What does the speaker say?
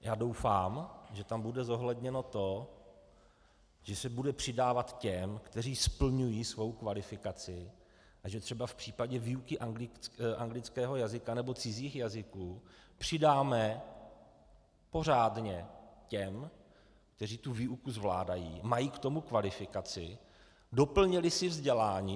Já doufám, že tam bude zohledněno to, že se bude přidávat těm, kteří splňují svou kvalifikaci a že třeba v případě výuky anglického jazyka nebo cizích jazyků přidáme pořádně těm, kteří tu výuku zvládají, mají k tomu kvalifikaci, doplnili si vzdělání.